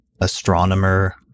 astronomer